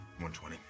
120